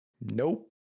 Nope